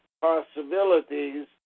possibilities